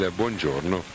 buongiorno